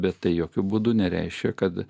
bet tai jokiu būdu nereiškia kad